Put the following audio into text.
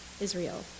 Israel